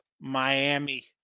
Miami